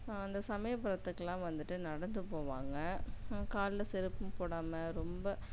அந்த சமயபுரத்துக்குலாம் வந்துவிட்டு நடந்து போவாங்க காலில் செருப்பும் போடாமல் ரொம்ப